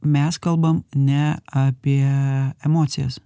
mes kalbam ne apie emocijas